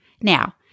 Now